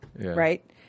right